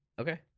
Okay